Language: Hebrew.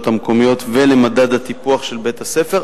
המקומיות ולמדד הטיפוח של בית-הספר,